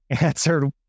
answered